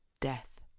Death